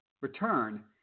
return